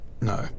no